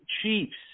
Chiefs